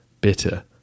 bitter